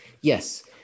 yes